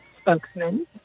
spokesman